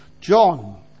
John